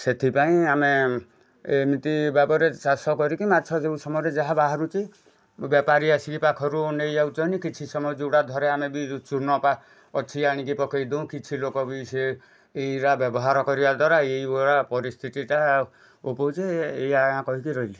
ସେଥିପାଇଁ ଆମେ ଏମତି ଭାବରେ ଚାଷ କରିକି ମାଛ ଯେଉଁ ସମୟରେ ଯାହା ବାହାରୁଛି ବେପାରୀ ଆସିକି ପାଖରୁ ନେଇ ଯାଉଛନ୍ତି କିଛି ସମୟ ଯୋଉଟା ଧରେ ଆମେ ବି ଚୂନ ପା ଅଛି ଆଣିକି ପକେଇ ଦେଉ କିଛି ଲୋକ ବି ସେ ଏଇରା ବ୍ୟବହାର କରିବା ଦ୍ୱାରା ଏଇ ଭଳିଆ ପରିସ୍ଥିତିଟା ଉପୁଜେ ଏୟା ଆଁ କହିକି ରହିଲି